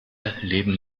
leben